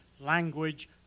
language